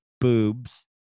boobs